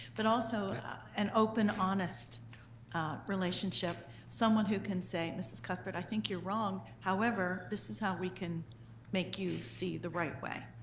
but also an open, honest relationship, someone who can say, mrs. cuthbert, i think you're wrong, however, this is how we can make you see the right way.